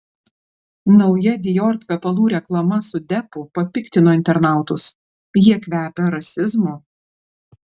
nauja dior kvepalų reklama su deppu papiktino internautus jie kvepia rasizmu